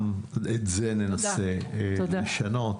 גם את זה ננסה לשנות,